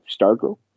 Stargirl